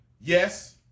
yes